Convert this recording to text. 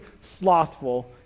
slothful